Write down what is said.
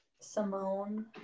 Simone